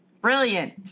Brilliant